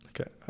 Okay